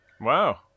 Wow